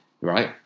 right